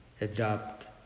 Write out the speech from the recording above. adopt